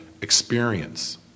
experience